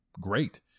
great